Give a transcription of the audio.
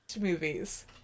Movies